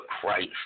Christ